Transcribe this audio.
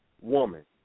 woman